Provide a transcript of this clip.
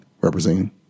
representing